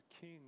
king